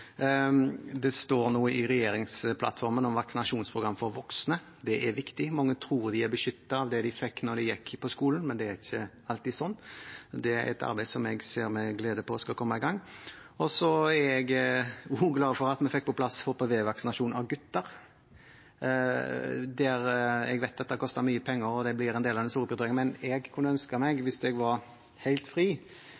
Det står nå om vaksinasjonsprogram for voksne i regjeringsplattformen. Det er viktig. Mange tror de er beskyttet av det de fikk da de gikk på skolen, men det er ikke alltid sånn. Det er et arbeid som jeg ser med glede på skal komme i gang. Jeg er også glad for at vi fikk på plass HPV-vaksinasjonen av gutter. Jeg vet at det har kostet mye penger, og det blir en del av den store prioriteringen, men jeg kunne ønske meg,